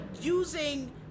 using